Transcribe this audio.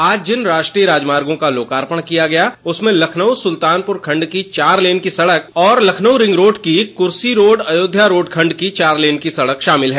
आज जिन राष्ट्रीय राजमार्गो का लोकार्पण किया गया उनमें लखनऊ सुल्तानपुर खंड की चार लेन की सड़क और लखनऊ रिंग रोड की कुर्सी रोड अयोध्या रोड खंड की चार लेन की सड़क शामिल हैं